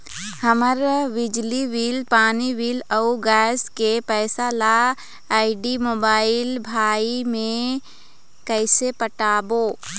हमर बिजली बिल, पानी बिल, अऊ गैस के पैसा ला आईडी, मोबाइल, भाई मे कइसे पटाबो?